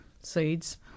seeds